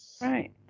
Right